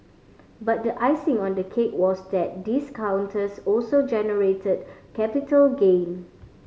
but the icing on the cake was that these counters also generated capital gain